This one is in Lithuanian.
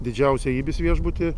didžiausią ibis viešbutį